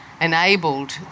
enabled